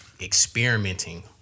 Experimenting